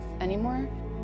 anymore